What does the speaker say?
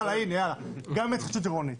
יאללה, הנה, גם ההתחדשות העירונית.